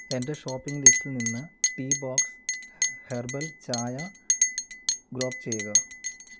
എന്റെ ഷോപ്പിംഗ് ലിസ്റ്റിൽ നിന്ന് ടീ ബോക്സ് ഹെർബൽ ചായ ഡ്രോപ്പ് ചെയ്യുക